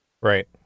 right